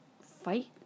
Fight